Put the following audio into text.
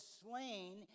slain